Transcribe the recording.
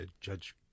Judge